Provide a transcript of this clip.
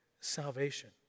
salvation